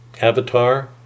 avatar